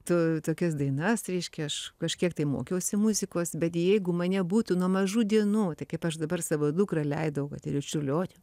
tu tokias dainas reiškia aš kažkiek tai mokiausi muzikos bet jeigu mane būtų nuo mažų dienų tai kaip aš dabar savo dukrą leidau kad ir į čiurlionio